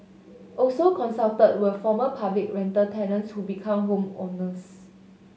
also consulted were former public rental tenants who become home owners